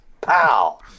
Pow